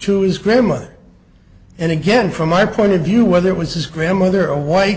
to his grandmother and again from my point of view whether it was his grandmother a wh